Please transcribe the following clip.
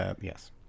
Yes